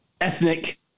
ethnic